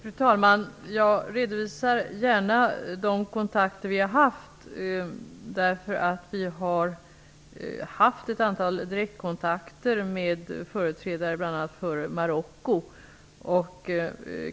Fru talman! Jag redovisar gärna de kontakter vi har haft. Vi har nämligen haft ett antal direktkontakter med företrädare för bl.a. Marocko.